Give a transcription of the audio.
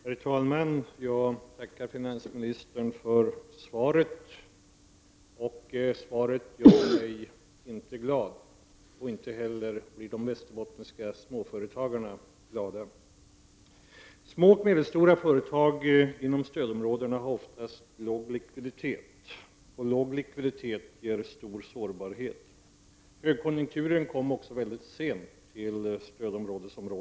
Herr talman! Jag tackar finansministern för svaret. Det gör mig inte glad, och inte heller blir de västerbottniska småföretagarna glada. Småoch medelstora företag inom stödområdena har ofta låg likviditet, och låg likviditet ger stor sårbarhet. Högkonjunkturen kom också mycket sent till stödområdena.